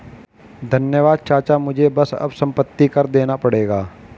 धन्यवाद चाचा मुझे बस अब संपत्ति कर देना पड़ेगा